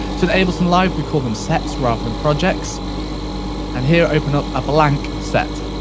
so the ableton live, we call them sets rather than projects and here open up a blank set.